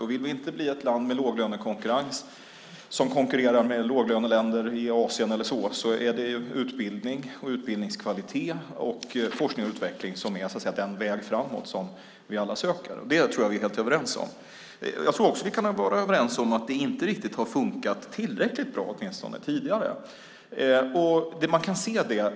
Om vi inte vill bli ett land med låglönekonkurrens som konkurrerar med låglöneländer i Asien och så vidare är det utbildning, utbildningskvalitet och forskning och utveckling som är den väg framåt som vi alla söker. Det tror jag att vi är helt överens om. Jag tror också att vi kan vara överens om att det inte riktigt har funkat tidigare - inte tillräckligt bra åtminstone.